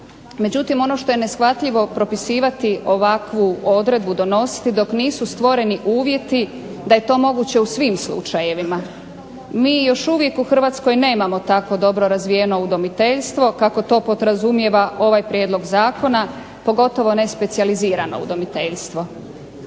međutim ono što je neshvatljivo propisivati ovakvu odredbu donositi dok nisu stvoreni uvjeti da je to moguće u svim slučajevima. Mi još uvijek u Hrvatskoj nemam tako dobro razvijeno udomiteljstvo kako to podrazumijeva ovaj prijedlog zakona, pogotovo ne specijalizirano udomiteljstvo.